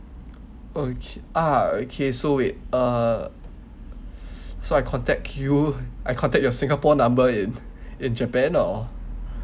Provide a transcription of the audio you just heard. okay ah okay so wait uh so I contact you I contact your singapore number in in japan or